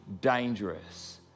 dangerous